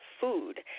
food